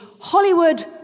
Hollywood